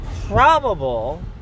probable